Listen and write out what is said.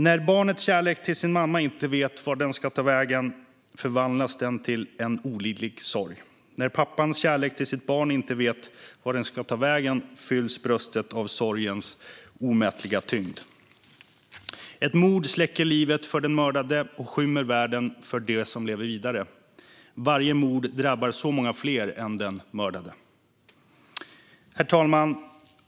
När barnets kärlek till sin mamma inte vet vart den ska ta vägen förvandlas den till en olidlig sorg. När pappans kärlek till sitt barn inte vet vart den ska ta vägen fylls bröstet av sorgens omätliga tyngd. Ett mord släcker livet för den mördade och skymmer världen för dem som lever vidare. Varje mord drabbar så många fler än den mördade. Herr talman!